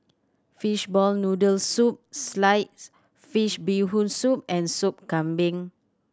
fishball noodle soup sliced fish Bee Hoon Soup and Sop Kambing